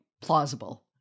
plausible